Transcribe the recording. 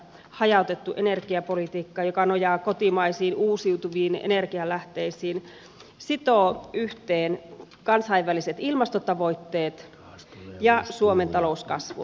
hajautettu energiapolitiikka joka nojaa kotimaisiin uusiutuviin energialähteisiin sitoo yhteen kansainväliset ilmastotavoitteet ja suomen talouskasvun